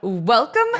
Welcome